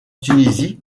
tunisie